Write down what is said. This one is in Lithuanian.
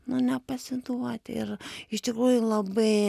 nu nepasiduoti ir iš tikrųjų labai